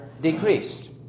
decreased